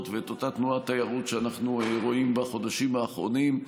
ואת אותה תנועת תיירות שאנחנו רואים בחודשים האחרונים.